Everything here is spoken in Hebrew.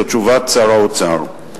זאת תשובת שר האוצר.